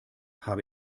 habe